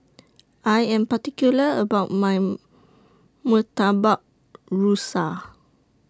I Am particular about My Murtabak Rusa